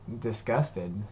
disgusted